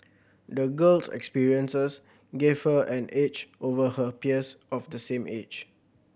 the girl's experiences gave her an edge over her peers of the same age